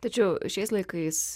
tačiau šiais laikais